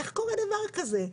איך קורה דבר כזה?